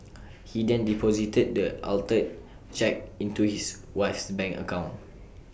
he then deposited the altered cheque into his wife's bank account